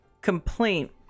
complaint